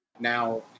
now